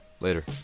Later